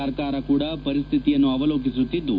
ಸರ್ಕಾರ ಕೂಡ ಪರಿಸ್ಥಿತಿಯನ್ನು ಅವಲೋಕಿಸುತ್ತಿದ್ಲು